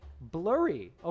Blurry